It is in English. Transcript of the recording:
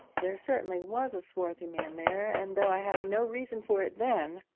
there certainly was a swarthy man there, and, though i had no reason for it then,